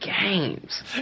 games